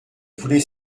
voulait